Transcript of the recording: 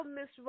Miss